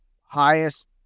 highest